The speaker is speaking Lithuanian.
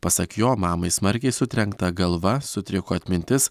pasak jo mamai smarkiai sutrenkta galva sutriko atmintis